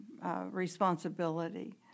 responsibility